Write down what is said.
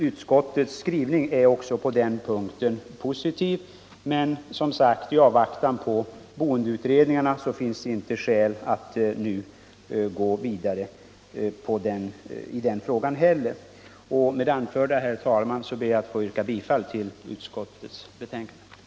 Utskottets skrivning är också positiv på den Torsdagen den punkten. Men, som sagt, i avvaktan på boendeutredningen är det inte 29 maj 1975 befogat att nu gå vidare i den frågan heller. flak, Med det anförda, herr talman, ber jag att få yrka bifall till utskottets Vissa former för hemställan.